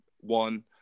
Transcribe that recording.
one